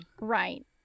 Right